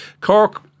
Cork